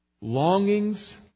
longings